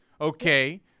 okay